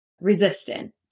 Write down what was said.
resistant